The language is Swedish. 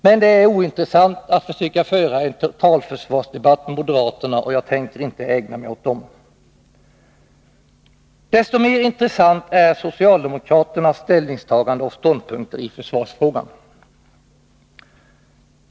Men det är ointressant att försöka föra en totalförsvarsdebatt med moderaterna, och jag tänker inte ägna mig åt dem. Desto mer intressanta är socialdemokraternas ställningstaganden och ståndpunkter i försvarsfrågan.